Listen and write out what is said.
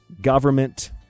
government